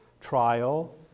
trial